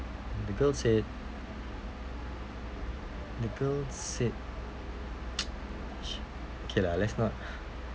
the girl said the girl said okay lah let's not